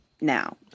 now